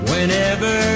Whenever